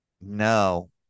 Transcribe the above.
No